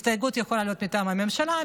הסתייגות יכולה לעלות מטעם הממשלה,